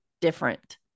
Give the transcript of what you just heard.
different